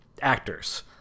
actors